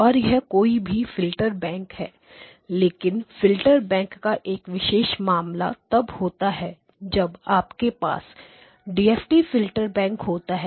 और यह कोई भी फ़िल्टर बैंक है लेकिन फ़िल्टर बैंक का एक विशेष मामला तब होता है जब आपके पास DFT फ़िल्टर बैंक होता है